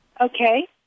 Okay